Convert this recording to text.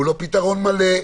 הוא לא פתרון מלא,